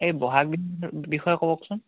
এই বহাগ বিহু বিষয়ে কওকচোন